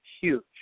huge